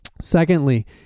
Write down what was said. Secondly